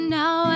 now